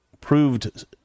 proved